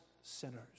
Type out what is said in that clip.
sinners